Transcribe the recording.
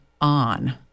on